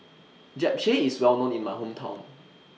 Japchae IS Well known in My Hometown